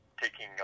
taking